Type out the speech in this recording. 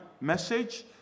message